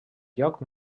lloc